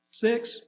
Six